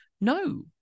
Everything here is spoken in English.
No